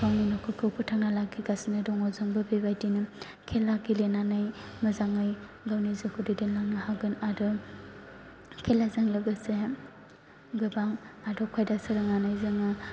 गावनि नखरखौ फोथांना लाखिगासिनो दङ जोंबो बेबायदिनो खेला गेलेनानै मोजांङै गावनि जिउखौ दैदेनलांनो हागोन आरो खेलाजों लोगोसे गोबां आदब खायदा सोलोंनानै जोङो